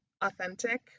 authentic